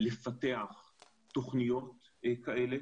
לפתח תוכניות כאלה,